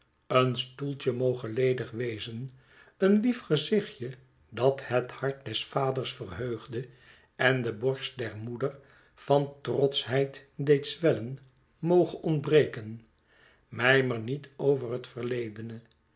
een stoeltje moge ledig wezen een lief gezichtje dat het hart des vaders verheugde en de borst der moeder van trotschheid deed zwellen moge ontbreken mljmer niet over het verledene